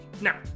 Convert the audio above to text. Now